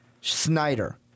Snyder